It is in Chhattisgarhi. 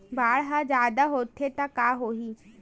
बाढ़ ह जादा होथे त का होही?